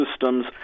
systems